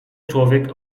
człowiek